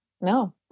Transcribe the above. no